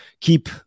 keep